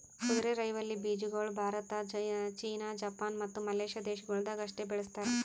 ಕುದುರೆರೈವಲಿ ಬೀಜಗೊಳ್ ಭಾರತ, ಚೀನಾ, ಜಪಾನ್, ಮತ್ತ ಮಲೇಷ್ಯಾ ದೇಶಗೊಳ್ದಾಗ್ ಅಷ್ಟೆ ಬೆಳಸ್ತಾರ್